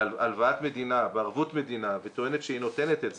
הלוואת מדינה בערבות מדינה וטוענת שהיא נותנת את זה,